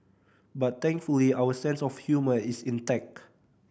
but thankfully our sense of humour is intact